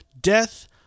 Death